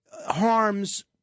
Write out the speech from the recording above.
harms